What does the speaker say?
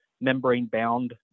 membrane-bound